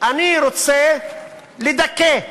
אני רוצה לדכא.